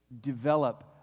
develop